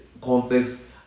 context